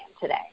today